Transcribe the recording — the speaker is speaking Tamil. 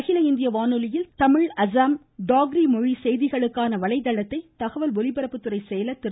ரவி மிட்டல் இந்திய வானொலியில் தமிழ் அஸ்ஸாம் டாக்ரி அகில மொழி செய்திகளுக்கான வலைதளத்தை தகவல் ஒலிபரப்புத்துறை செயலர் திரு